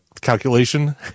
calculation